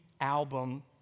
album